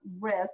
risk